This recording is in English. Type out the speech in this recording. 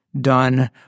done